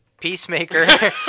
Peacemaker